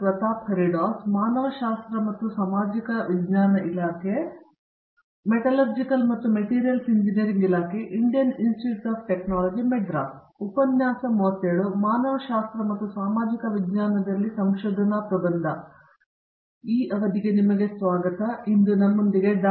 Pratap Haridos hello ಇಂದು ನಮ್ಮೊಂದಿಗೆ ಡಾ